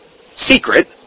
secret